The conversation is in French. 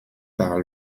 par